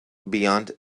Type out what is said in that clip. beyond